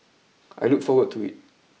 I look forward to it